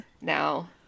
Now